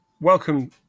welcome